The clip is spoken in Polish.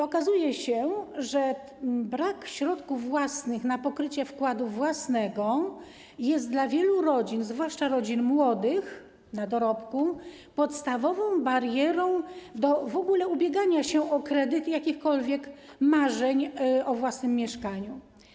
Okazuje się, że brak środków własnych na pokrycie wkładu własnego jest dla wielu rodzin, zwłaszcza rodzin młodych, na dorobku, podstawową barierą, w ogóle jeśli chodzi o ubieganie się o kredyt, o jakichkolwiek marzenia o własnym mieszkaniu.